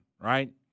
right